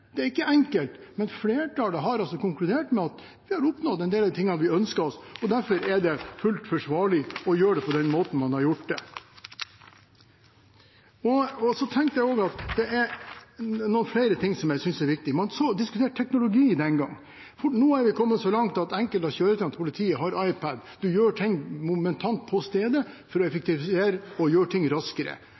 Det er ikke enkelt, men flertallet har altså konkludert med at vi har oppnådd en del av de tingene vi ønsket oss, og derfor er det fullt ut forsvarlig å gjøre det på den måten man har gjort det. Så er det noen flere ting som jeg synes er viktig. Man diskuterte teknologi den gang. Nå har vi kommet så langt at enkelte av kjøretøyene til politiet har iPad, man gjør ting momentant, på stedet, for å effektivisere og gjøre ting raskere.